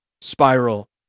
spiral